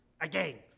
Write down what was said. Again